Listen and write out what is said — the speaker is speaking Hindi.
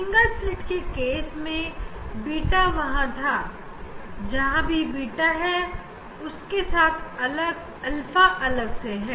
सिंगल स्लिट की प्रकरण में बीटा था यहां भी बीटा है पर उसके साथ अल्फा अलग से है